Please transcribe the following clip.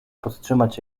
podtrzymać